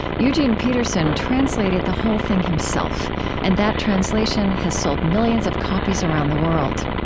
eugene peterson translated the whole thing himself and that translation has sold millions of copies around the world.